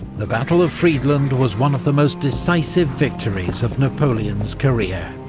the battle of friedland was one of the most decisive victories of napoleon's career.